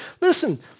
Listen